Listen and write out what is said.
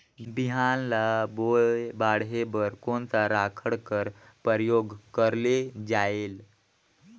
बिहान ल बोये बाढे बर कोन सा राखड कर प्रयोग करले जायेल?